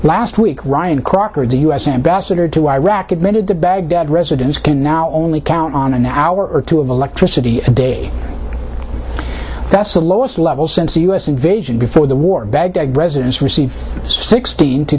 last week ryan crocker the u s ambassador to iraq admitted to baghdad residents can now only count on an hour or two of electricity a day that's the lowest low well since the u s invasion before the war baghdad residents receive sixteen to